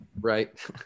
right